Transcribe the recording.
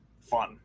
Fun